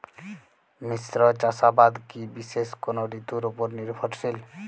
মিশ্র চাষাবাদ কি বিশেষ কোনো ঋতুর ওপর নির্ভরশীল?